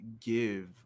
give